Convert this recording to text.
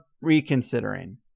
reconsidering